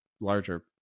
larger